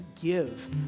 give